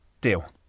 Deal